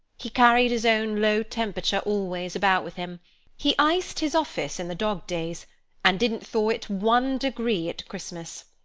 he carried his own low temperature always about with him he iced his office in the dog-days and didn't thaw it one degree at christmas.